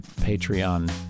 Patreon